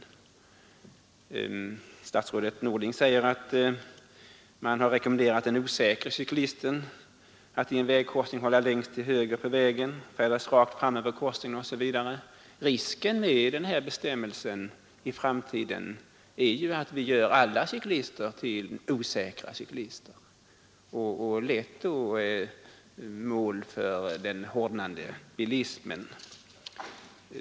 Statsrådet Norling säger att man har ”rekommenderat den osäkre cyklisten att i en vägkorsning hålla längst till höger på vägen, färdas rakt fram över korsningen” osv. Risken med den bestämmelsen är ju att vi i framtiden gör alla cyklister till osäkra cyklister och ett lätt mål för den hårdnande bilismen.